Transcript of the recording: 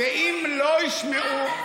ואם לא ישמעו,